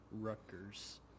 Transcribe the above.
Rutgers